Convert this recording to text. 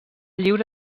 lliure